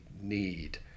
need